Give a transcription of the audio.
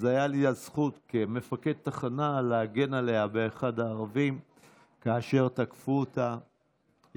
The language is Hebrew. שהייתה לי הזכות כמפקד תחנה להגן עליה באחד הערבים כאשר תקפו אותה.